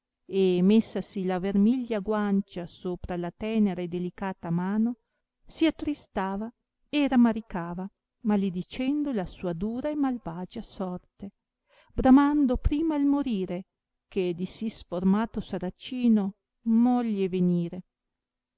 messasi la vermiglia guancia sopra la tenera e delicata mano si attristava e ramaricava maladicendo la sua dura e malvagia sorte bramando prima il morire che di sì sformato saracino moglie venire